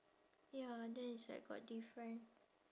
ya then it's like got different